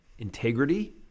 Integrity